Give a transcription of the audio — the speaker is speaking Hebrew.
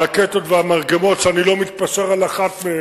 הרקטות והמרגמות, שאני לא מתפשר על אחת מהן,